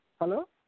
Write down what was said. Hello